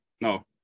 no